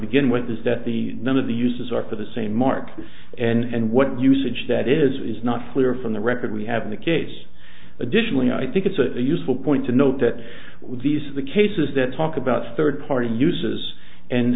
begin with is that the none of the uses are for the same market and what usage that is not clear from the record we have in the case additionally i think it's a useful point to note that these are the cases that talk about third party uses and